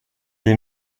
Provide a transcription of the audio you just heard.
des